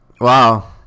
Wow